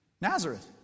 Nazareth